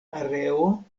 areo